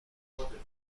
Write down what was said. پارادایم